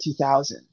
2000